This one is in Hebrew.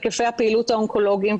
היקפי הפעילות האונקולוגיים,